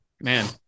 man